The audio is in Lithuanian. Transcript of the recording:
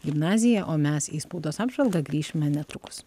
gimnazija o mes į spaudos apžvalgą grįšime netrukus